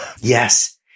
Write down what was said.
Yes